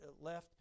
left